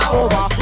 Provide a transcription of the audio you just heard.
over